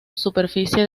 superficie